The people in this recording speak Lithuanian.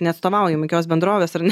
neatstovaujam kokios bendrovės ar ne